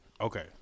Okay